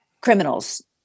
criminals